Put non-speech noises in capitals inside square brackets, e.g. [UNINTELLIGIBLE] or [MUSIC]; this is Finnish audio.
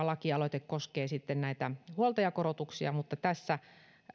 [UNINTELLIGIBLE] lakialoite koskee sitten näitä huoltajakorotuksia mutta tässä